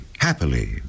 happily